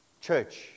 Church